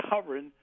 covering